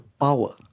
power